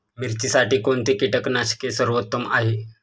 मिरचीसाठी कोणते कीटकनाशके सर्वोत्तम आहे?